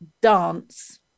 dance